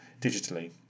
digitally